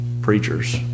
preachers